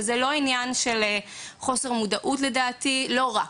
לדעתי זה לא עניין של חוסר מודעות, לא רק.